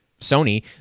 Sony